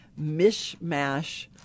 mishmash